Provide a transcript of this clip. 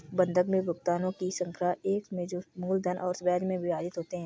बंधक में भुगतानों की एक श्रृंखला में जो मूलधन और ब्याज में विभाजित होते है